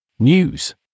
News